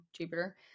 Jupiter